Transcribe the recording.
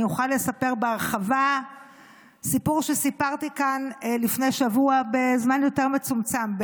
אני אוכל לספר בהרחבה סיפור שסיפרתי כאן לפני שבוע בזמן יותר מצומצם,